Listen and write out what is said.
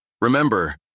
Remember